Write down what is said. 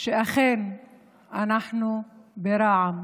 שאכן אנחנו ברע"מ